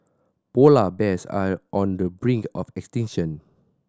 polar bears are on the brink of extinction